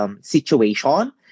situation